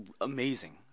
amazing